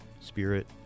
spirit